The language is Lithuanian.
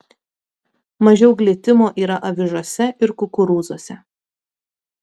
mažiau glitimo yra avižose ir kukurūzuose